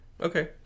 Okay